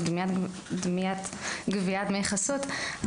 בנוגע לגביית דמי חסות,